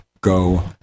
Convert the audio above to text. go